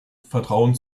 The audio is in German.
vertrauen